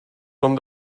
com